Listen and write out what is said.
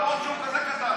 למרות שהוא כזה קטן.